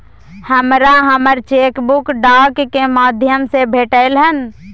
हमरा हमर cheque book डाक के माध्यम से भेटलय हन